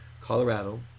Colorado